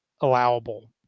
allowable